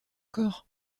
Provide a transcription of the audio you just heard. corps